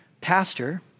Pastor